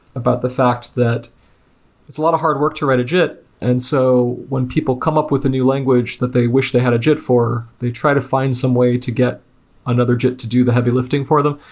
about the fact that it's a lot of hard work to write a jit. and so, when people come up with a new language that they wished they had a jit for, they try to find some way to get another jit to do the heavy lifting for them.